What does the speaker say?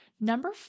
Number